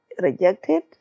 rejected